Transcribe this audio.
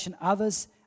others